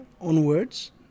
onwards